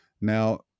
now